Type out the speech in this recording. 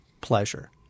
pleasure